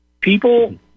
people